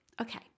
Okay